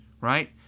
Right